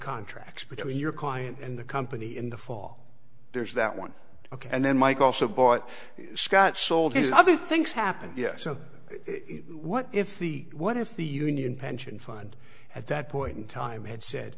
contracts between your client and the company in the fall there's that one ok and then mike also bought scott sold his other things happened yes so what if the what if the union pension fund at that point in time had said